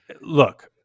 Look